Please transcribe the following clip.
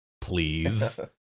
please